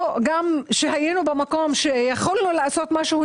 כשהיינו במקום שיכולנו לעשות משהו,